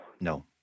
no